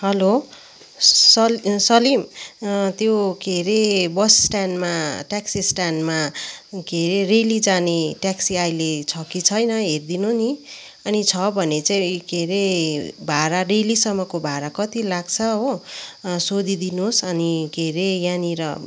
hello सल् सलिम त्यो केअरे बस स्ट्यान्डमा ट्याकसी स्ट्यान्डमा के अरे रेली जाने ट्याकसी अहिले छ कि छैन हेरिदिनु नि अनि छ भने चाहिँ के अरे भाडा रेलीसम्मको भाडा कति लाग्छ हो सोधिदिनुहोस् अनि के अरे यहाँनिर